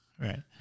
Right